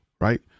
right